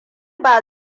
ba